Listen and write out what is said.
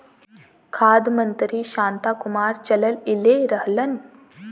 खाद्य मंत्री शांता कुमार चललइले रहलन